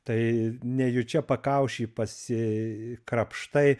tai nejučia pakaušį pasikrapštai